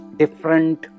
different